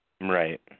Right